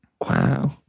Wow